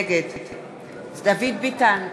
נגד דוד ביטן,